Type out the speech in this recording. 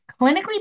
clinically